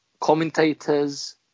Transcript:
Commentators